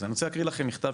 אני רוצה להקריא לכם מכתב